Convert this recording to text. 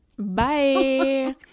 Bye